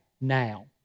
now